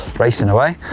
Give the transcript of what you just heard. racing away.